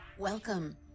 Welcome